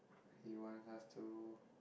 he wants us to